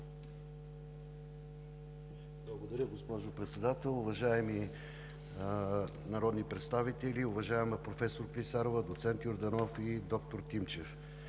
Благодаря, госпожо Председател! Уважаеми народни представители, уважаема професор Клисарова, доцент Йорданов и доктор Тимчев!